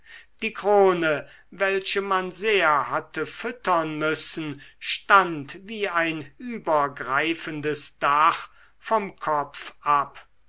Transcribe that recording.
die krone welche man sehr hatte füttern müssen stand wie ein übergreifendes dach vom kopf ab